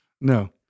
No